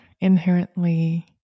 inherently